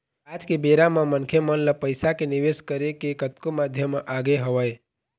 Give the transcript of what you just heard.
आज के बेरा म मनखे मन ल पइसा के निवेश करे के कतको माध्यम आगे हवय